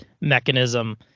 mechanism